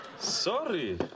Sorry